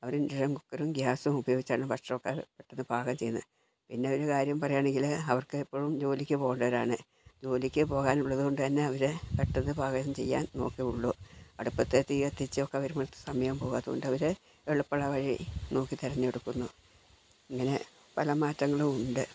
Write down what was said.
അവർ induction കുക്കറും ഗ്യാസും ഒക്കെ ഉപയോഗിച്ചാണ് ഭക്ഷണം ഒക്കെ പെട്ടെന്ന് പാകം ചെയ്യുന്നത് പിന്നൊരു കാര്യം പറയുകാണെങ്കിൽ അവർക്കെപ്പഴും ജോലിക്ക് പോകേണ്ടതാണ് ജോലിക്ക് പോകാനുള്ളതുകൊണ്ട് തന്നെ അവർ പെട്ടെന്ന് പാകം ചെയ്യാൻ നോക്കുകയെ ഉള്ളു അടുപ്പത്ത് തീ കത്തിച്ച് ഒക്കെ വരുമ്പോൾ സമയം പോവും അതുകൊണ്ട് അവർ എളുപ്പമുള്ള വഴി നോക്കി തിരഞ്ഞെടുക്കുന്നു ഇങ്ങനെ പല മാറ്റങ്ങളുമുണ്ട്